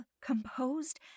composed